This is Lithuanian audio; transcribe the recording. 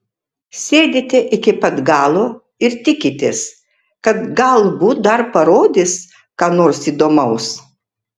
sėdite iki pat galo ir tikitės kad galbūt dar parodys ką nors įdomaus